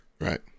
Right